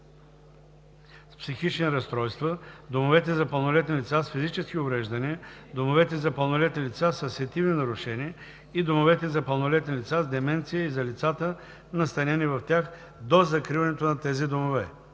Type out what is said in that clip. с психични разстройства, домовете за пълнолетни лица с физически увреждания, домовете за пълнолетни лица със сетивни нарушения и домовете за пълнолетни лица с деменция и за лицата, настанени в тях, до закриването на тези домове.